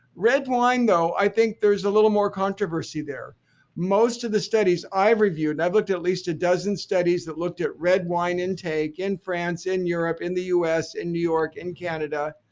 red wine, though, i think there's a little more controversy there most of the studies i've reviewed, and i've looked at least a dozen studies that looked at red wine intake in france, in europe, in the us, in new york, in canada.